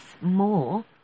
more